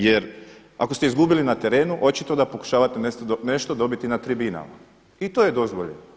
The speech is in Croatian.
Jer ako ste izgubili na terenu, očito da pokušavate nešto dobiti na tribinama i to je dozvoljeno.